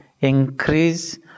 increase